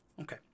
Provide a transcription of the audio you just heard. Okay